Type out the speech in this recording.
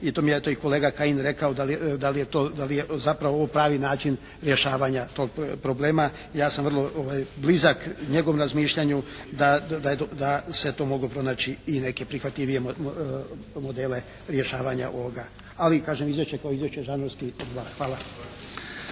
i to mi je eto i kolega Kajin rekao da li je to, da li je to pravi način rješavanja tog problema. Ja sam vrlo blizak njegovom razmišljanju da se tu moglo pronaći i neke prihvatljivije modele rješavanja ovoga. Ali kažem, izvješće kao izvješće … /Govornik